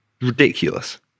Ridiculous